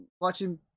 watching